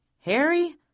Harry